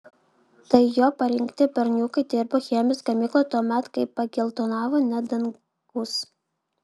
tai jo parinkti berniukai dirbo chemijos gamykloje tuomet kai pageltonavo net dangus